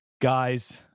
guys